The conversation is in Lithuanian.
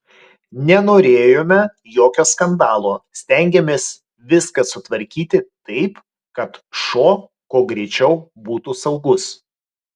nenorėjome jokio skandalo stengėmės viską sutvarkyti taip kad šuo kuo greičiau būtų saugus